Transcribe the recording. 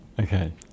Okay